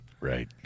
Right